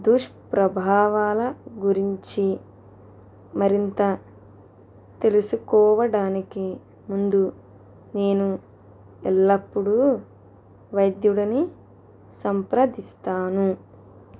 దుష్ప్రభావాల గురించి మరింత తెలుసుకోవడానికి ముందు నేను ఎల్లప్పుడు వైద్యుడిని సంప్రదిస్తాను